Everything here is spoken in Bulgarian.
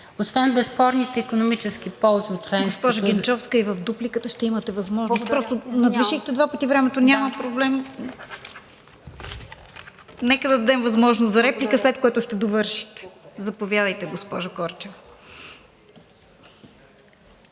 Освен безспорните икономически ползи от това… ПРЕДСЕДАТЕЛ РОСИЦА КИРОВА: Госпожо Генчовска, и в дупликата ще имате възможност. Надвишихте два пъти времето, няма проблем… Нека да дадем възможност за реплика, след което ще довършите. Заповядайте, госпожо Корчева.